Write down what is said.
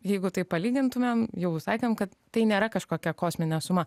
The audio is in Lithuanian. jeigu taip palygintumėm jau sakėm kad tai nėra kažkokia kosminė suma